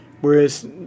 whereas